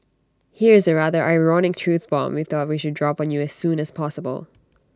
here's A rather ironic truth bomb we thought we should drop on you as soon as possible